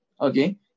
Okay